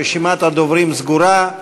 רשימת הדוברים סגורה.